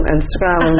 Instagram